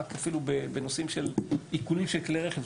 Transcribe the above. אפילו רק בנושאים של עיקולי כלי רכב,